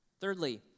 Thirdly